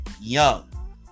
Young